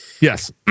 yes